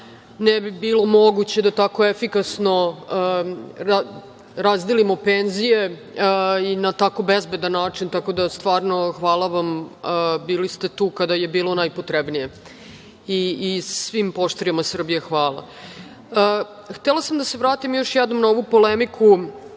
ne bi bilo moguće da tako efikasno razdelimo penzije i na tako bezbedan način. Tako da stvarno, hvala vam, bili ste tu kada je bilo najpotrebnije i svim poštarima Srbije hvala. Htela sam da se još jednom da se vratim